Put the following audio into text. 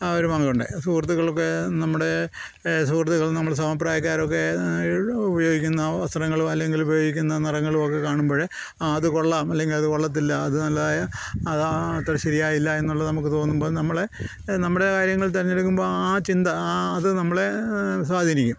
ആ ഒരു പങ്കുണ്ട് സുഹൃത്തുക്കളൊക്കെ നമ്മുടെ സുഹൃത്തുക്കൾ നമ്മുടെ സമപ്രായക്കാരൊക്കെ ഉപയോഗിക്കുന്ന വസ്ത്രങ്ങളോ അല്ലെങ്കിൽ ഉപയോഗിക്കുന്ന നിറങ്ങളുമൊക്കെ കാണുമ്പോൾ ആ അതു കൊള്ളാം അല്ലെങ്കിൽ അത് കൊള്ളത്തില്ല അത് നല്ലതായ അത് അത്ര ശരിയായില്ല എന്നുള്ളത് നമുക്ക് തോന്നുമ്പം നമ്മളെ നമ്മുടെ കാര്യങ്ങൾ തിരഞ്ഞെടുക്കുമ്പം ആ ചിന്ത ആ അത് നമ്മളെ സ്വാധീനിക്കും